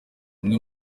umwe